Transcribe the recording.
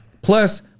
Plus